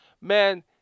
man